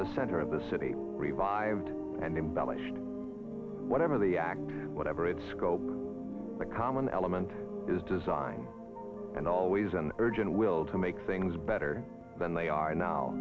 the center of the city revived and embellish whatever the act whatever its goal the common element is design and always an urgent will to make things better than they are now